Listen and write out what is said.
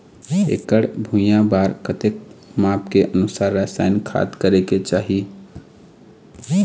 एकड़ भुइयां बार कतेक माप के अनुसार रसायन खाद करें के चाही?